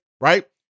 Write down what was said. right